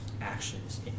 actions